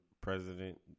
president